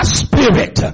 spirit